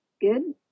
Good